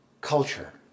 culture